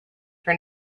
for